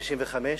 1995,